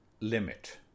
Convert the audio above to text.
limit